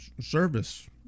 service